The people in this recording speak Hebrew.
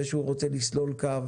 זה שהוא רוצה לסלול קו